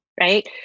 right